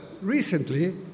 recently